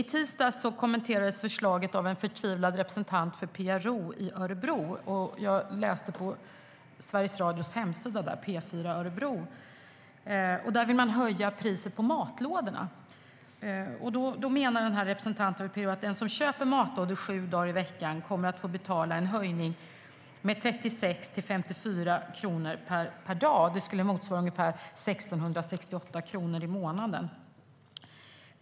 I tisdags kommenterades förslaget av en förtvivlad representant för PRO i Örebro. Jag läste på Sveriges Radios hemsida, P4 Örebro, att i Örebro vill man höja priset på matlådorna. Representanten för PRO menar att den som köper matlådor sju dagar i veckan kommer att få betala en höjning med 36-54 kronor per dag. Det skulle motsvara ungefär 1 668 kronor i månaden.